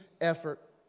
effort